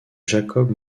jacob